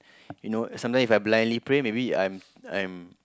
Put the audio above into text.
you know sometime If I blindly pray maybe I'm I'm